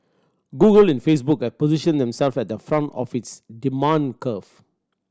Google and Facebook are positioned themselves at the front of this demand curve